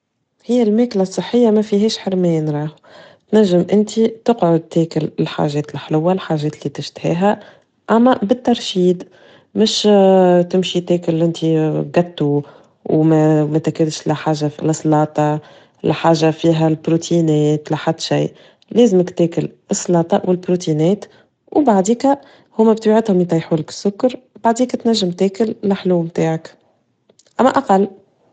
هي الماكلة الصحية ما فيهاش حرمان راو، نجم انتي تقعد تاكل الحاجات الحلوة الحاجات اللي تشتهيها أما بالترشيد مش تمشي تاكل انتي جاتو، وما وما تاكلش لا حاجة فيها سلاطة لا حاجة فيها البروتينات لا حتى شيء لازمك تاكل السلاطة والبروتينات، وبعديكا هوما بتوعتهم يطيحو لك السكر، بعديكا تنجم تاكل الحلو متاعك، اما أقل.